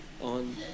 On